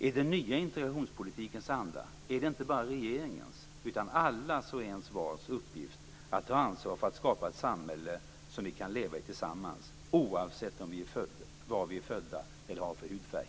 I den nya integrationspolitikens anda är det inte bara regeringens utan allas och envars uppgift att ta ansvar för att skapa ett samhälle som vi kan leva i tillsammans, oavsett var vi är födda eller har för hudfärg.